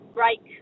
break